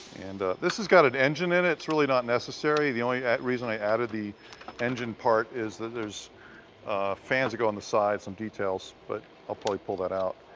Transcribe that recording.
and this has got an engine in it. it's really not necessary, the only reason i added the engine part is that there's fans that go in the sides, some details. but i'll probably pull that out.